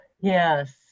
Yes